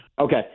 Okay